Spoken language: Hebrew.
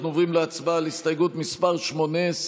אנחנו עוברים להצבעה על הסתייגות מס' 18,